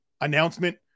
announcement